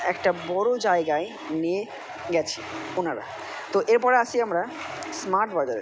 একটা বড়ো জায়গায় নিয়ে গেছে ওনারা তো এরপর আসি আমরা স্মার্ট বাজারে